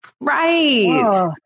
Right